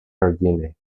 rodiny